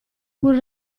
pur